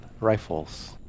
rifles